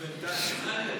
בינתיים.